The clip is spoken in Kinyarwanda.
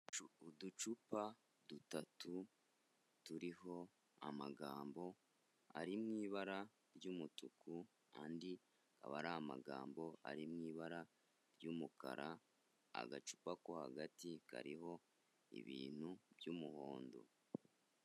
Hejuru uducupa dutatu turiho amagambo arimu ibara ry'umutuku andi aba ari amagambo ari mu ibara ry'umukara agacupa ko hagati kariho ibintu by'umuhondo.